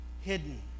hidden